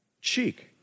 cheek